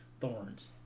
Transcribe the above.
thorns